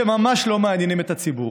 שממש לא מעניינים את הציבור,